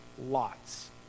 lots